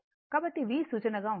కాబట్టి V సూచనగా ఉంది